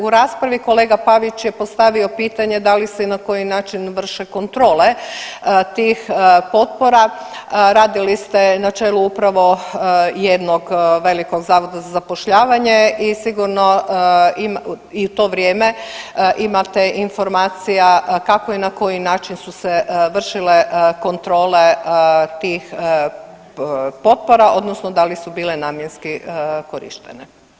U raspravi kolega Pavić je postavio pitanje da li se i na koji način vrše kontrole tih potpora, radi li na čelu upravo jednog velikog zavoda za zapošljavanje i sigurno ima, i u to vrijeme imate informacija kako i na koji način su se vršile kontrole tih potpora odnosno da li su bile namjenski korištene.